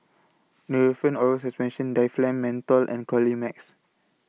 Nurofen Oral Suspension Difflam Menthol and Colimix